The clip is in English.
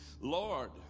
Lord